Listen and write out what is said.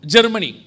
Germany